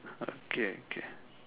okay okay